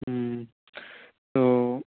ত'